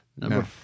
number